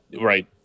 right